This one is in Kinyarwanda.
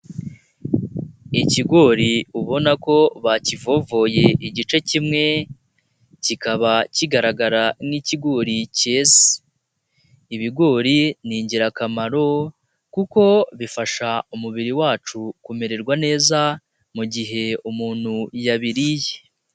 Ikigori ubona ko bakivovoye igice kimwe kikaba kigaragara nk'ikigori cyeze, ibigori ni ingirakamaro kuko bifasha umubiri wacu kumererwa neza mu gihe umuntu yabiriye.